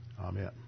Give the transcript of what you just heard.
Amen